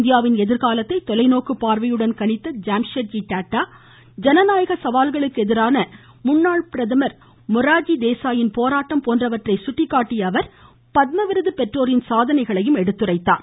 இந்தியாவின் எதிர்காலத்தை தொலைநோக்கு பார்வையுடன் கணித்த ஜாம்ஷெட்ஜி டாடா ஜனநாயக சவால்களுக்கு எதிரான முன்னாள் பிரதமர் மொராஜி தேசாயின் பேராட்டம் போன்றவற்றை சுட்டிக்காட்டிய பெற்றோரின் சாதனைகளையும் எடுத்துரைத்தார்